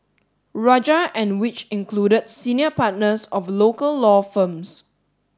rajah and which included senior partners of local law firms